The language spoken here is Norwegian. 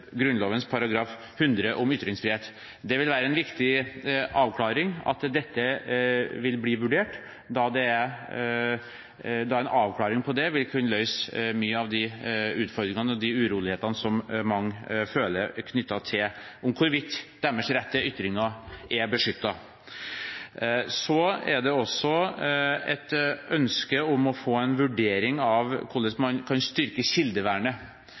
100 om ytringsfrihet. Det vil være en viktig avklaring, at dette vil bli vurdert, da en avklaring av det vil kunne løse mye av de utfordringene og de urolighetene som mange føler knyttet til om hvorvidt deres rett til ytringer er beskyttet. Så er det også et ønske om å få en vurdering av hvordan man kan styrke kildevernet.